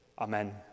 Amen